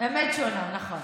אמת שונה, נכון.